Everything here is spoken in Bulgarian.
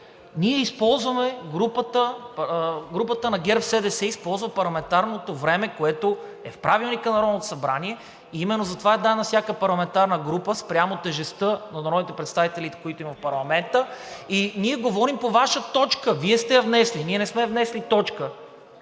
Ние използваме, групата на ГЕРБ-СДС използва парламентарното време, което е в Правилника на Народното събрание и именно затова е дадено на всяка парламентарна група спрямо тежестта на народните представители, които има в парламента. И ние говорим по Ваша точка, Вие сте я внесли. Ние не сме я внесли точката!